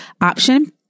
option